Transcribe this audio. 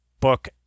book